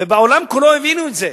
ובעולם כולו הבינו את זה.